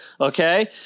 okay